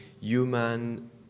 human